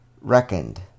reckoned